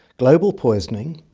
global poisoning,